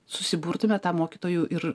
susiburtume tą mokytojų ir